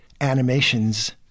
animations